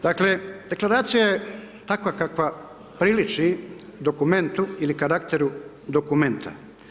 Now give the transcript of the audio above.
Dakle, deklaracija je takva kakva priliči dokumentu ili karakteru dokumenta.